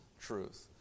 truth